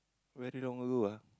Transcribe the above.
very long ago lah